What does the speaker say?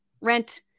rent